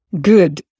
good